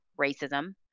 racism